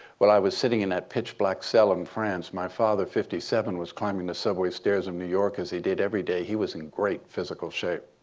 while i was sitting in that pitch black cell in france, my father, fifty seven, was climbing the subway stairs in new york as he did every day. he was in great physical shape.